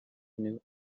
new